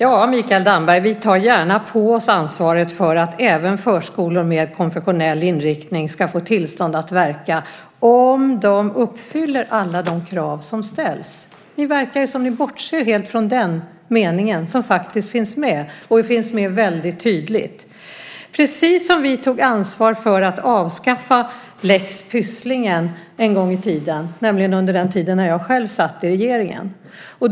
Fru talman! Vi tar gärna på oss ansvaret för att även förskolor med konfessionell inriktning ska få tillstånd att verka om de uppfyller alla de krav som ställs, Mikael Damberg. Det verkar som om ni helt bortser från den meningen som faktiskt finns med väldigt tydligt. Vi tog ansvar för att avskaffa lex Pysslingen en gång i tiden, nämligen under den tid då jag själv satt i regeringen.